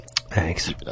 thanks